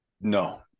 No